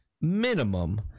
minimum